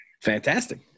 Fantastic